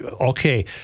okay